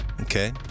Okay